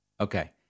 Okay